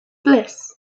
bliss